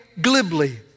glibly